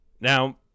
Now